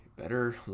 better